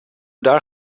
daar